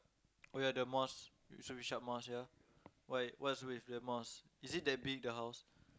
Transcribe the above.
oh ya the mosque Yusof-Ishak mosque why what's with the mosque is it that big the house